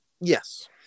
yes